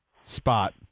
Spot